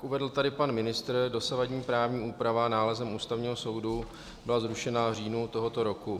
Jak uvedl tady pan ministr, dosavadní právní úprava nálezem Ústavního soudu byla zrušena v říjnu tohoto roku.